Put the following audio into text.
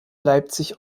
leipzig